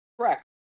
Correct